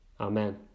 Amen